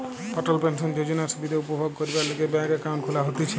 অটল pension যোজনার সুবিধা উপভোগ করবার লিগে ব্যাংকে একাউন্ট খুলা হতিছে